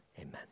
amen